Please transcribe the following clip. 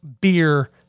beer